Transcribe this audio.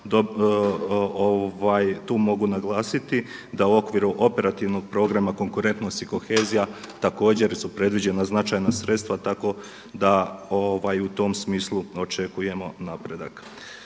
Tu mogu naglasiti da u okviru operativnog programa konkurentnost i kohezija također su predviđena značajna sredstva tako da u tom smislu očekujemo napredak.